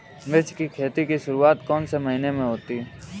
मिर्च की खेती की शुरूआत कौन से महीने में होती है?